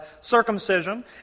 circumcision